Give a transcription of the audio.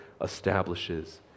establishes